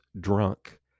drunk